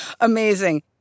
Amazing